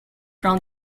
from